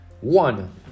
One